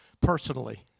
Personally